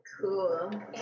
Cool